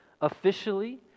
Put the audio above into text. officially